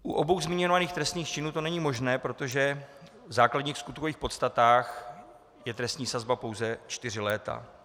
U obou zmiňovaných trestných činů to není možné, protože v základních skutkových podstatách je trestní sazba pouze čtyři léta.